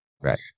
Right